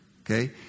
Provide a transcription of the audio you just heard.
Okay